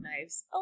knives